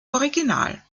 original